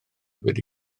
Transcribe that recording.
wedi